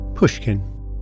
Pushkin